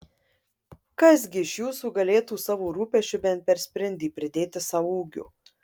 kas gi iš jūsų galėtų savo rūpesčiu bent per sprindį pridėti sau ūgio